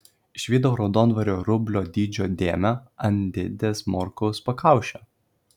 išvydau raudonvario rublio dydžio dėmę ant dėdės morkaus pakaušio